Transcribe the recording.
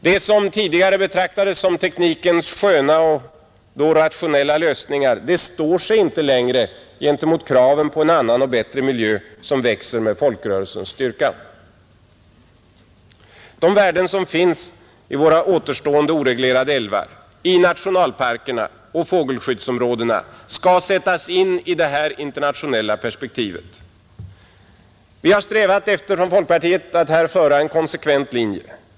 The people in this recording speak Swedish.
Det som tidigare betraktades som teknikens sköna och rationella lösningar, det står sig inte längre gentemot kraven på en annan och bättre miljö, som växer med folkrörelsens styrka. De värden som finns i våra återstående oreglerade älvar, i nationalparkerna och fågelskyddsområdena skall sättas in i det här internationella perspektivet. Folkpartiet har här strävat efter att föra en konsekvent linje.